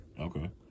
Okay